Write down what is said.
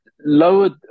lowered